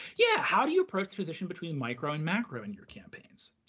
yeah, how do you approach the position between micro and macro in your campaigns?